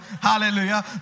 Hallelujah